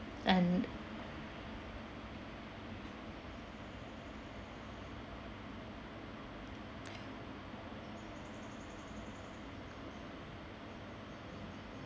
and